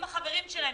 עם החברים שלהם,